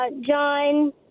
John